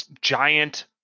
giant